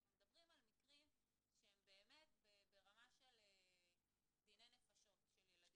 אנחנו מדברים על מקרים שהם ברמה של דיני נפשות של ילדים,